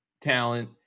talent